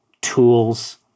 tools